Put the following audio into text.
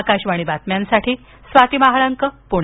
आकाशवाणी बातम्यांसाठी स्वाती महाळंक पुणे